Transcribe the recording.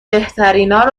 بهترینا